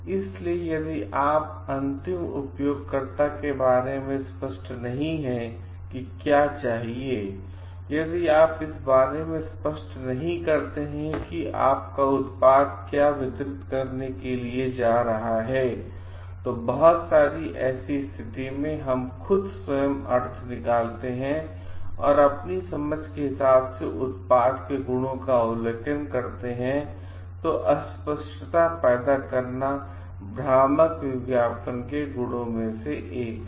इसलिए यदि आप अंतिम उपयोगकर्ताओं के बारे में स्पष्ट नहीं हैं कि क्या चाहिए और यदि आप इस बारे में स्पष्ट नहीं करते हैं कि आपका उत्पाद क्या वितरित करने जा रहा है तो बहुत सारी ऐसी स्थिति में हम खुद स्वयं अर्थ निकलते हैं और अपनी समझ के हिसाब से उत्पाद के गुणों का अवलोकन करते हैं तो अस्पष्टता पैदा करना भ्रामक विज्ञापन के गुणों में से एक है